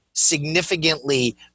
Significantly